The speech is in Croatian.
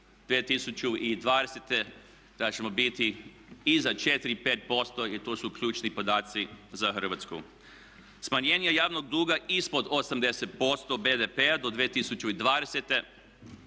2020. da ćemo biti i za 4 i 5% i tu su ključni podaci za Hrvatsku. Smanjenje javnog duga ispod 80% BDP-a do 2020.